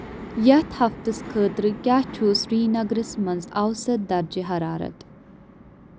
یتھ ہفتس خٲطرٕ کیاہ چھُ سرینگرس منز اَوسَط درجہٕ حرارت ؟